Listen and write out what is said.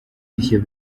ivyo